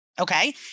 okay